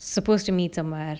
supposed to meet someone